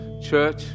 church